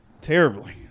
Terribly